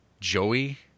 Joey